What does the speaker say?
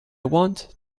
want